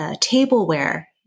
tableware